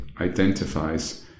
identifies